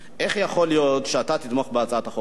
איך יכול להיות שאתה תתמוך בהצעת החוק הזו?